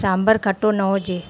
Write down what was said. सांभर खटो न हुजे